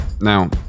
Now